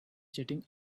jetting